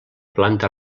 planta